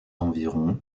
environ